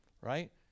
right